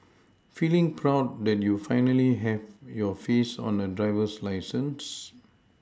feeling proud that you finally have your face on a driver's license